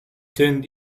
turned